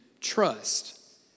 trust